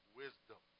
wisdom